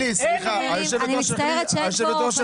אני מצטערת שאין פה פטיש.